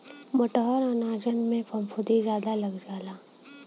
मोटहर अनाजन में फफूंदी जादा लग जाला